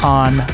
on